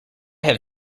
have